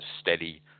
steady